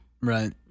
Right